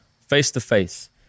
face-to-face